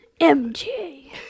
MJ